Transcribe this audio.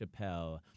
Chappelle